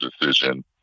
decision